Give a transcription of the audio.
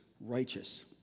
righteous